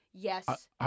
Yes